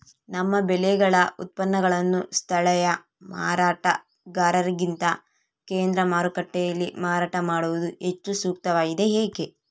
ನಮ್ಮ ಬೆಳೆಗಳ ಉತ್ಪನ್ನಗಳನ್ನು ಸ್ಥಳೇಯ ಮಾರಾಟಗಾರರಿಗಿಂತ ಕೇಂದ್ರ ಮಾರುಕಟ್ಟೆಯಲ್ಲಿ ಮಾರಾಟ ಮಾಡುವುದು ಹೆಚ್ಚು ಸೂಕ್ತವಾಗಿದೆ, ಏಕೆ?